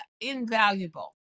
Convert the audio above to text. invaluable